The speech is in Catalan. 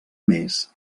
més